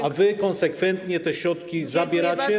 A wy konsekwentnie te środki zabieracie.